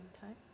time